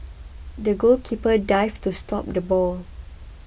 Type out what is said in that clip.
the goalkeeper dived to stop the ball